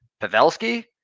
Pavelski